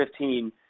2015